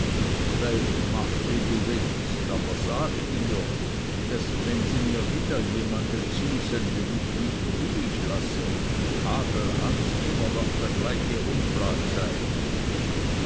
mach wie du willst aber das sage ihr daß wenn sie mir wieder jemanden zusende mich nicht ruhig lasse hagelhans noch immer der gleiche unflat sei